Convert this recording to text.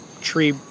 tree